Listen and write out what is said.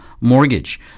mortgage